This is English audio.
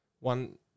one